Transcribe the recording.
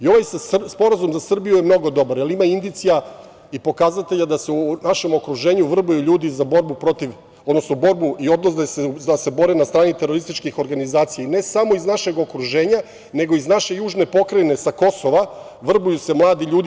Ovaj sporazum za Srbiju je mnogo dobar, jer ima indicija i pokazatelja da se u našem okruženju vrbuju ljudi za borbu i odvode se da se bore na strani terorističkih organizacija, ne samo iz našeg okruženja, nego iz naše južne pokrajine, sa Kosova se vrbuju mladi ljudi.